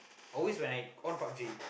always when I on Pub-G